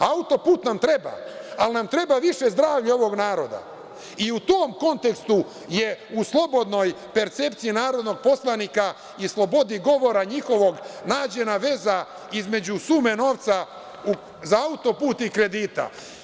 Autoput nam treba, ali nam treba više zdravlja ovog naroda i u tom kontekstu je u slobodnoj percepciji narodnog poslanika i slobodi govora njihovog nađena veza između sume novca za autoput i kredita.